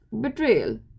betrayal